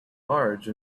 large